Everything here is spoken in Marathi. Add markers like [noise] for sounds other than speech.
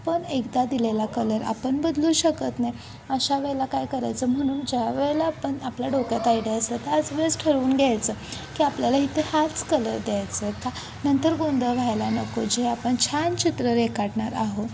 पण एकदा दिलेला कलर आपण बदलू शकत नाही अशा वेळेला काय करायचं म्हणून ज्या वेळेला आपण आपल्या डोक्यात [unintelligible] त्याच वेळेस ठरवून घ्यायचं की आपल्याला इथे हाच कलर द्यायचा आहे का नंतर गोंधळ व्हायला नको जे आपण छान चित्र रेखाटणार आहोत